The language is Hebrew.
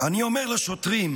אני אומר לשוטרים: